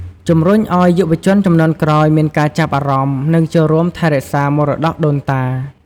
ជម្រុញឱ្យយុវជនជំនាន់ក្រោយមានការចាប់អារម្មណ៍ និងចូលរួមថែរក្សាមរតកដូនតា។